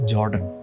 Jordan